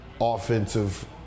offensive